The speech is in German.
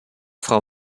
frau